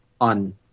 on